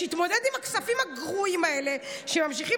שיתמודד הכספים הגרועים האלה שממשיכים